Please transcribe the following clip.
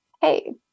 Hey